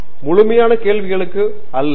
டங்கிராலா முழுமையான கேள்விகளுக்கு அல்ல